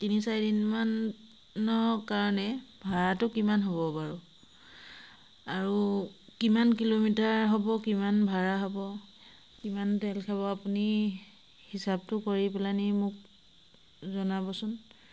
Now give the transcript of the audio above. তিনি চাৰিদিনমানৰ কাৰণে ভাড়াটো কিমান হ'ব বাৰু আৰু কিমান কিলোমিটাৰ হ'ব কিমান ভাড়া হ'ব কিমান তেল খাব আপুনি হিচাপটো কৰি পেলানি মোক জনাবচোন